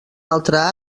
altre